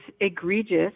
egregious